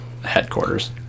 headquarters